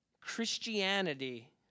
Christianity